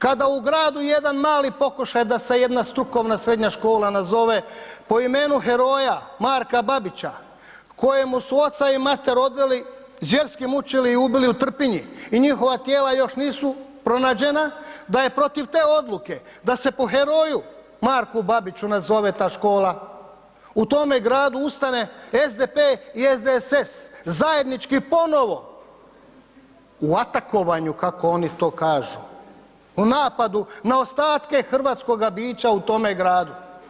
Kada u gradu jedan mali pokušaj da se jedna strukovna srednja škola nazove po imenu heroja Marka Babića kojemu su oca i mater odveli zvjerski mučili i ubili u Trpinji i njihova tijela još nisu pronađena, da je protiv te odluke da se po heroju Marku Babiću nazove ta škola u tome gradu SDP i SDSS zajednički ponovo u atakovanju kako oni to kažu u napadu na ostatke hrvatskoga bića u tome gradu.